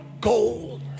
gold